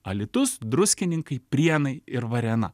alytus druskininkai prienai ir varėna